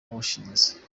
wawushinze